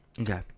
okay